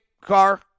car